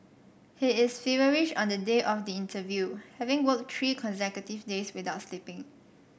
he is feverish on the day of the interview having worked three consecutive days without sleeping